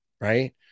right